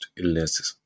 illnesses